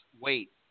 weight